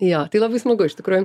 jo tai labai smagu iš tikrųjų